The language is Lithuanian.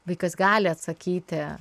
vaikas gali atsakyti